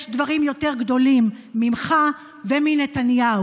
יש דברים יותר גדולים ממך ומנתניהו,